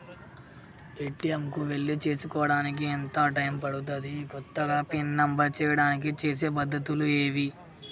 ATM కు వెళ్లి చేసుకోవడానికి ఎంత టైం పడుతది? కొత్తగా పిన్ నంబర్ చేయడానికి చేసే పద్ధతులు ఏవి?